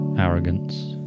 arrogance